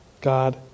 God